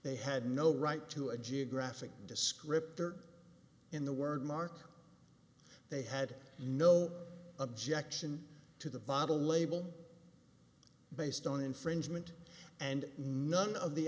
they had no right to a geographic descriptor in the word mark they had no objection to the bottle label based on infringement and none of the